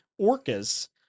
orcas